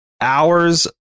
hours